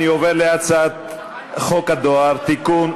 אני עובר להצעת חוק הדואר (תיקון,